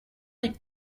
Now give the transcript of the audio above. les